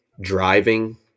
driving